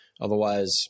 Otherwise